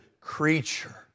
creature